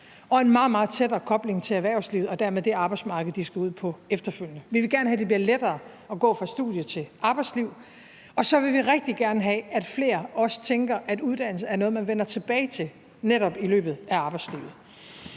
meget, meget tættere kobling til erhvervslivet og dermed det arbejdsmarked, de skal ud på efterfølgende. Vi vil gerne have, at det bliver lettere at gå fra studie- til arbejdsliv, og så vil vi rigtig gerne have, at flere også tænker, at uddannelse er noget, man netop vender tilbage til i løbet af arbejdslivet.